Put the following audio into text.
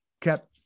kept